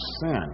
sin